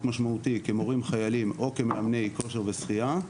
משמעותי כמורים חיילים או כמאמני כושר ושחייה,